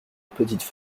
petites